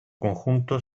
conjunto